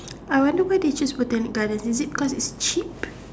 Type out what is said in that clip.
I wonder why they choose Botanic gardens is it because it's cheap